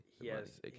Yes